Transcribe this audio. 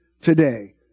Today